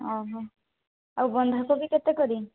ଆଉ ବନ୍ଧାକୋବି କେତେ କରି